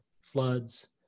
floods